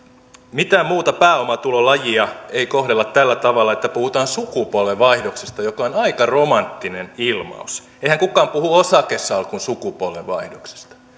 mitään muuta pääomatulolajia ei kohdella tällä tavalla että puhutaan sukupolvenvaihdoksesta joka on aika romanttinen ilmaus eihän kukaan puhu osakesalkun sukupolvenvaihdoksesta